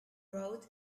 road